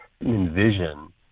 envision